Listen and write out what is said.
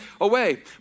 away